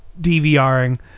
DVRing